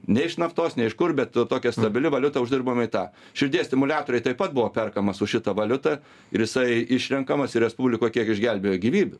ne iš naftos ne iš kur bet tokia stabili valiuta uždirbama į tą širdies stimuliatoriai taip pat buvo perkamas už šitą valiutą ir jisai išrenkamas ir respublikoj kiek išgelbėjo gyvybių